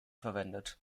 verwendet